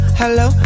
hello